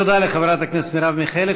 תודה לחברת הכנסת מרב מיכאלי.